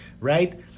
right